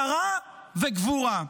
הפקרה וגבורה.